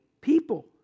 people